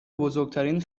بزرگترین